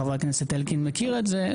חבר הכנסת אלקין מכיר את זה,